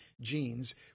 genes